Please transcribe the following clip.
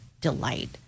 delight